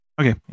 okay